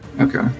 Okay